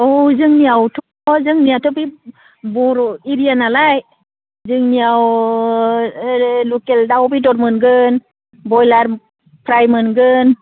औ जोंनियावथ' जोंनियाथ' बे बर' एरियानालाय जोंनियाव ओरै लकेल दाउ बेदर मोनगोन ब्रयलार फ्राय मोनगोन